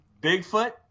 Bigfoot